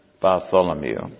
Bartholomew